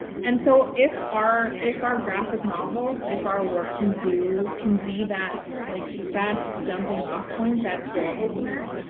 and so if our if our graphic novels, if our work can do, can be that, like she said, jumping off point, that door opener,